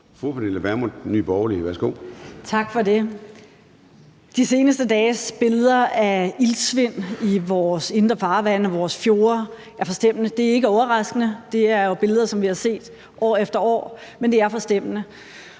Pernille Vermund (NB): Tak for det. De seneste dages billeder af iltsvind i vores indre farvande og vores fjorde er forstemmende. Det er ikke overraskende, for det er jo billeder, som vi har set år efter år, men det er forstemmende.